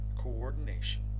coordination